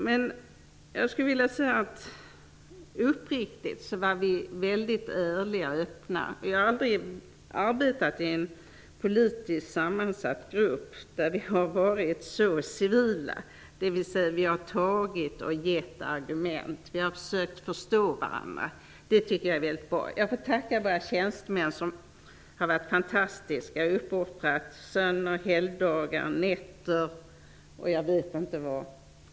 Men jag skulle vilja säga att vi var väldigt ärliga och öppna. Jag har aldrig arbetat i en politiskt sammansatt grupp där vi har varit så civila. Vi har givit och tagit argument, och vi har försökt att förstå varandra. Det tycker jag är bra. Jag tackar våra tjänstemän som har varit fantastiska och uppoffrat sön och helgdagar, nätter och jag vet inte vad.